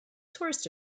tourist